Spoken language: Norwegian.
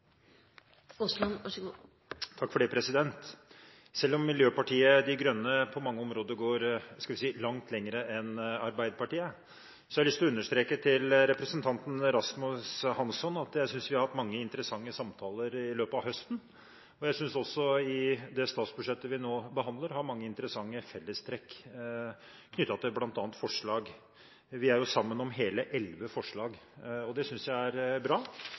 Selv om Miljøpartiet De Grønne på mange områder går – skal vi si – langt lenger enn Arbeiderpartiet, har jeg lyst til å understreke overfor representanten Rasmus Hansson at jeg synes vi har hatt mange interessante samtaler i løpet av høsten. Jeg synes også at vi i det statsbudsjettet vi nå behandler, har mange interessante fellestrekk knyttet til bl.a. forslag. Vi er jo sammen om hele elleve forslag. Det synes jeg er bra.